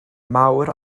mawr